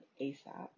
ASAP